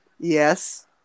Yes